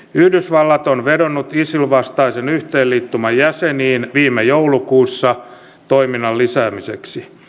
yhdysvallat on vedonnut isil vastaisen yhteenliittymän jäseniin viime joulukuussa toiminnan lisäämiseksi